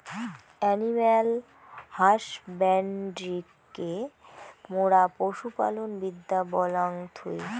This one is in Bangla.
এনিম্যাল হাসব্যান্ড্রিকে মোরা পশু পালন বিদ্যা বলাঙ্গ থুই